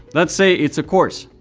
let's say it's a course.